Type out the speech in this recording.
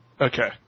Okay